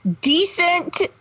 decent